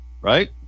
right